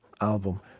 album